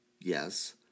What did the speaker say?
Yes